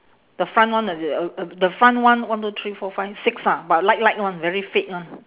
the front one is it uh uh the front one one two three four five six ah but light light [one] very fade [one]